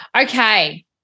Okay